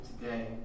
today